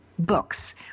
Books